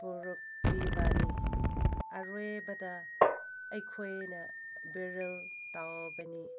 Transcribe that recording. ꯕꯣꯔ ꯄꯤꯕꯅꯤ ꯑꯔꯣꯏꯕꯗ ꯑꯩꯈꯣꯏꯅ ꯕ꯭ꯌꯨꯔꯤꯌꯦꯜ ꯇꯧꯕꯅꯤ